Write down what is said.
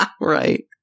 Right